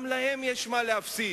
גם להם יש מה להפסיד.